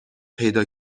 پیدا